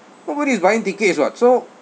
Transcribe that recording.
nobody is buying tickets [what] so